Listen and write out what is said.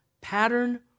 pattern